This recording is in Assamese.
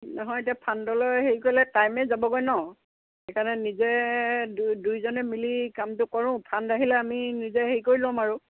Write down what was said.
নহয় এতিয়া ফাণ্ডলৈ হেৰি কৰিলে টাইমেই যাবগৈ নহ্ সেইকাৰণে নিজে দুই দুইজনে মিলি কামটো কৰোঁ ফাণ্ড আহিলে আমি নিজে হেৰি কৰি ল'ম আৰু